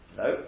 no